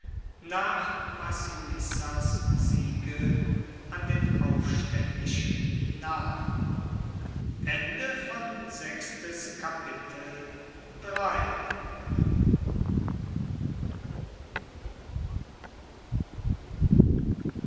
nach massinissas siege an den aufstaendischen nahm